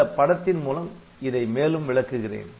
இந்த படத்தின் மூலம் இதை மேலும் விளக்குகிறேன்